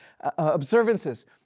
observances